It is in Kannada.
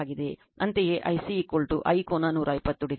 ಅಂತೆಯೇ I c I ಕೋನ 120o I c 33